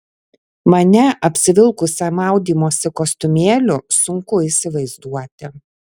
mane apsivilkusią maudymosi kostiumėliu sunku įsivaizduoti